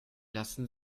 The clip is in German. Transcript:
lassen